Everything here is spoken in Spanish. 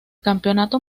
campeonato